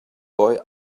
boy